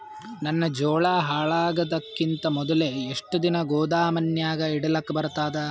ನನ್ನ ಜೋಳಾ ಹಾಳಾಗದಕ್ಕಿಂತ ಮೊದಲೇ ಎಷ್ಟು ದಿನ ಗೊದಾಮನ್ಯಾಗ ಇಡಲಕ ಬರ್ತಾದ?